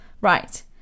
right